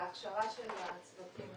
בהכשרה של הצוותים.